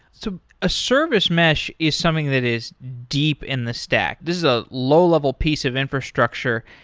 so a service mesh is something that is deep in the stack. this is a low-level piece of infrastructure.